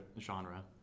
genre